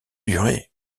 durer